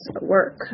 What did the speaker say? work